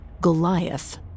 Goliath